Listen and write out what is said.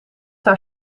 haar